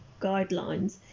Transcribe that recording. guidelines